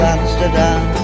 Amsterdam